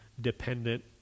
dependent